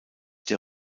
der